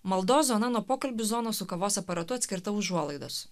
maldos zona nuo pokalbių zonos su kavos aparatu atskirta užuolaidos